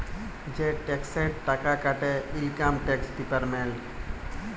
যে টেকসের টাকা কাটে ইলকাম টেকস ডিপার্টমেল্ট